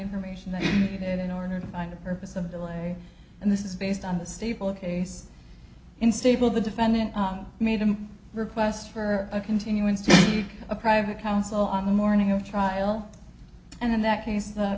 information they needed in order to find a purpose of the way and this is based on the staple a case in stable the defendant made a request for a continuance to a private counsel on the morning of trial and in that case the